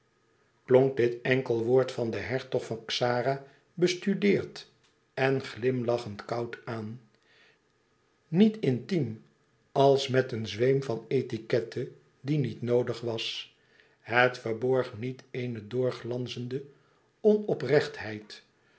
klonk dit enkele woord van den hertog van xara bestudeerd en glimlachend koud aan niet intiem en als met een zweem van etiquette die niet noodig was het verborg niet eene doorglanzende onoprechtheid